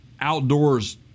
outdoors